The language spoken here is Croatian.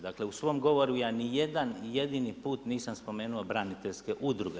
Dakle u svom govoru ja ni jedan jedini put nisam spomenuo braniteljske udruge.